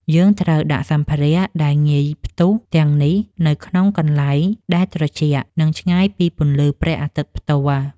យើងត្រូវដាក់សម្ភារៈដែលងាយផ្ទុះទាំងនេះនៅក្នុងកន្លែងដែលត្រជាក់ និងឆ្ងាយពីពន្លឺព្រះអាទិត្យផ្ទាល់។